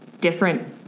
different